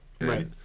Right